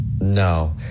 No